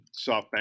SoftBank